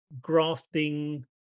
grafting